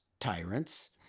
tyrants